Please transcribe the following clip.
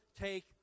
take